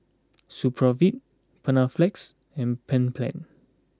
Supravit Panaflex and Bedpans